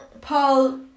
Paul